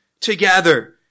together